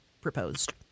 proposed